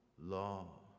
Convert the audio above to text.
law